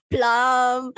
Plum